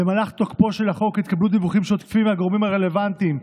במהלך תוקפו של החוק התקבלו דיווחים שוטפים מהגורמים הרלוונטיים,